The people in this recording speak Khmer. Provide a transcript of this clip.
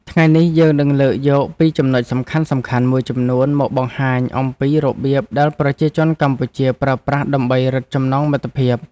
ថ្ងៃនេះយើងនឹងលើកយកពីចំណុចសំខាន់ៗមួយចំនួនមកបង្ហាញអំពីរបៀបដែលប្រជាជនកម្ពុជាប្រើប្រាស់ដើម្បីរឹតចំណងមិត្តភាព។